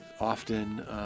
Often